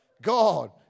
God